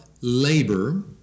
labor